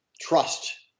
trust